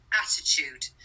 attitude